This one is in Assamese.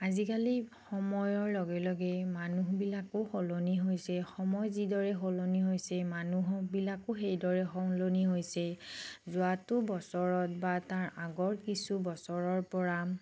আজিকালি সময়ৰ লগে লগে মানুহবিলাকো সলনি হৈছে সময় যিদৰে সলনি হৈছে মানুহবিলাকো সেইদৰে সলনি হৈছে যোৱাটো বছৰত বা তাৰ আগৰ কিছু বছৰৰ পৰা